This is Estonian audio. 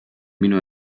minu